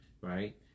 right